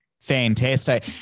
Fantastic